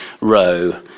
row